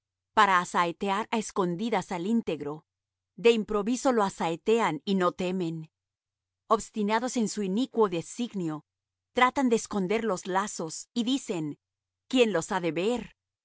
para asaetear á escondidas al íntegro de improviso lo asaetean y no temen obstinados en su inicuo designio tratan de esconder los lazos y dicen quién los ha de ver